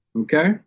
okay